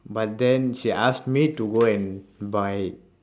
but then she ask me to go and buy it